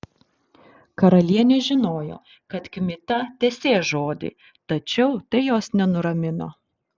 karalienė žinojo kad kmita tesės žodį tačiau tai jos nenuramino